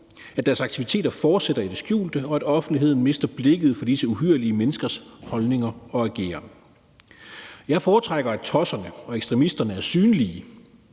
at deres aktiviteter fortsætter i det skjulte, og at offentligheden mister blikket for disse uhyrlige menneskers holdninger og ageren. Jeg foretrækker, at tosserne og ekstremisterne er synlige,